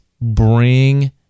bring